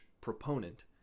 proponent